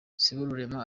siborurema